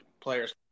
players